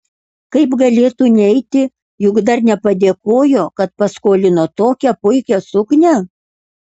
kaip galėtų neiti juk dar nepadėkojo kad paskolino tokią puikią suknią